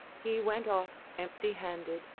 he went off empty handed,